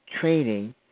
training